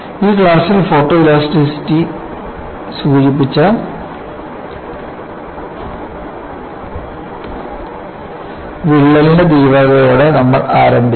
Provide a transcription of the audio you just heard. ഈ ക്ലാസ്സിൽ ഫോട്ടോഇലാസ്റ്റിസിറ്റി സൂചിപ്പിച്ച വിള്ളലിന്റെ തീവ്രതയോടെ നമ്മൾ ആരംഭിച്ചു